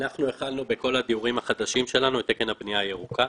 אנחנו החלנו בכל הדיורים החדשים שלנו את תקן הבנייה הירוקה.